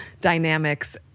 dynamics